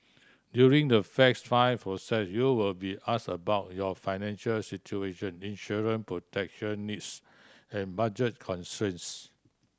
during the fact find process you will be asked about your financial situation insurance protection needs and budget constraints